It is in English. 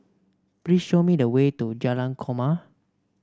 please show me the way to Jalan Korma